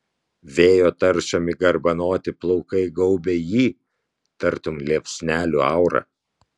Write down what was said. vėjo taršomi garbanoti plaukai gaubia jį tartum liepsnelių aura